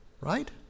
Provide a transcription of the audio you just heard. Right